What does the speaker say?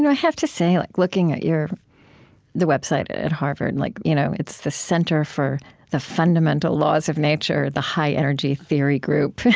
and have to say, like looking at the website at at harvard and like you know it's the center for the fundamental laws of nature, the high energy theory group.